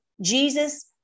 Jesus